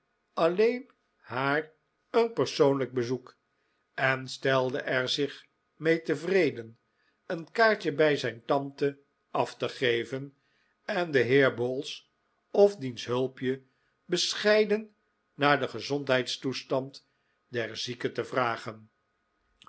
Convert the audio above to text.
alleen haar een persoonlijk bezoek en stelde er zich mee tevreden een kaartje bij zijn tante af te geven en den heer bowls of diens hulpje bescheiden naar den gezondheidstoestand der zieke te vragen